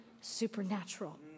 supernatural